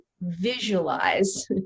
visualize